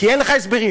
כי אין לך הסברים,